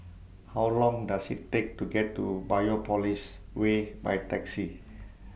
How Long Does IT Take to get to Biopolis Way By Taxi